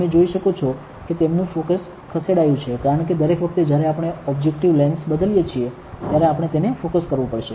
તમે જોઈ શકો છો કે તેમનું ફોકસ ખસેડાયુ છે કારણ કે દરેક વખતે જ્યારે આપણે ઓબ્જેકટિવ લેન્સ બદલીએ છીએ ત્યારે આપણે તેને ફોકસ કરવું પડશે